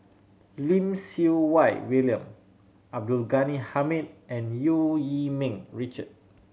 Lim Siew Wai William Abdul Ghani Hamid and Eu Yee Ming Richard